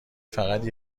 فقط